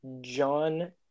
John